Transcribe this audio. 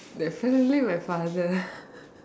definitely my father